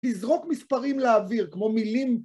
לזרוק מספרים לאוויר כמו מילים